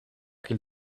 qu’il